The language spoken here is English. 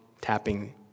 tapping